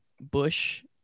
bush